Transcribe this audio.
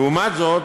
לעומת זאת,